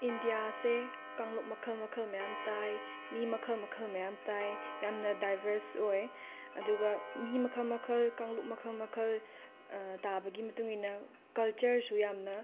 ꯏꯟꯗꯤꯌꯥꯁꯦ ꯀꯥꯡꯂꯨꯞ ꯃꯈꯜ ꯃꯈꯜ ꯃꯌꯥꯝ ꯇꯥꯏ ꯃꯤ ꯃꯈꯜ ꯃꯈꯜ ꯃꯌꯥꯝ ꯇꯥꯏ ꯌꯥꯝꯅ ꯗꯥꯏꯕꯔꯁ ꯑꯣꯏ ꯑꯗꯨꯒ ꯃꯤ ꯃꯈꯜ ꯃꯈꯜ ꯀꯥꯡꯂꯨꯞ ꯃꯈꯜ ꯃꯈꯜ ꯇꯥꯕꯒꯤ ꯃꯇꯨꯡ ꯏꯟꯅ ꯀꯜꯆꯔꯁꯨ ꯌꯥꯝꯅ